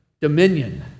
dominion